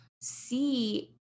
see